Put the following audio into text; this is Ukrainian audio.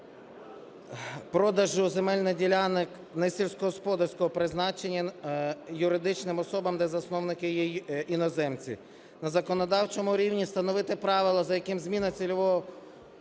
продажу земельних ділянок несільськогосподарського призначення юридичним особам, де засновники є іноземці. На законодавчому рівні встановити правила, за якими зміна цільового